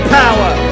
power